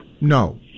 No